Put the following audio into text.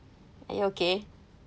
are you okay